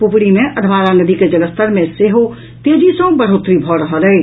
पुपरी मे अधवारा नदी के जलस्तर मे सेहो तेजी सँ बढ़ोतरी भऽ रहल अछि